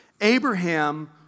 Abraham